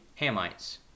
Hamites